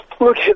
Look